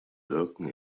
wirken